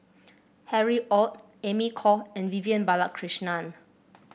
Harry Ord Amy Khor and Vivian Balakrishnan